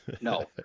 No